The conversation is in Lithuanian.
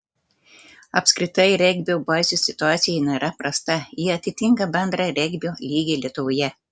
apskritai regbio bazių situacija nėra prasta ji atitinka bendrą regbio lygį lietuvoje